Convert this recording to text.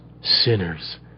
sinners